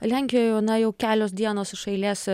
lenkijoj jau na jau kelios dienos iš eilės